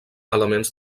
elements